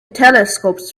telescopes